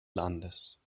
landes